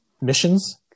missions